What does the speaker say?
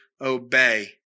obey